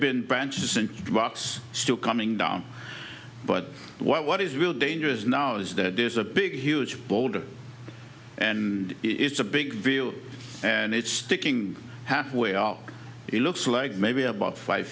box still coming down but what is real danger is now is that there's a big huge boulder and it's a big deal and it's sticking halfway out it looks like maybe about five